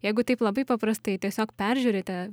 jeigu taip labai paprastai tiesiog peržiūrite